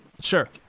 Sure